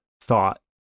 thought